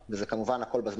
אלה שני המונחים